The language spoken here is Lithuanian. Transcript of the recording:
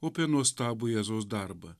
o apie nuostabų jėzaus darbą